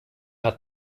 hat